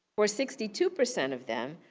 for sixty two percent of them,